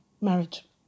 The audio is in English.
marriage